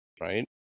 Right